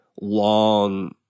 long